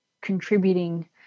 contributing